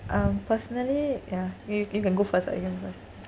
um personally yeah you you can go first you can go first